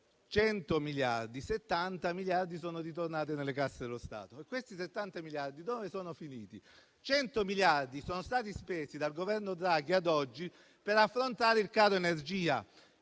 miliardi, settanta miliardi sono ritornati nelle casse dello Stato. E questi settanta miliardi dove sono finiti? Cento miliardi sono stati spesi dal Governo Draghi ad oggi per affrontare il caro energia.